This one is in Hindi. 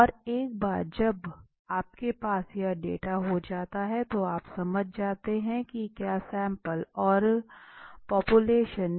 और एक बार जब आपके पास यह डेटा हो जाता है तो आप समझ जाते हैं कि क्या सैंपल और पापुलेशन में कोई महत्वपूर्ण अंतर है